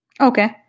Okay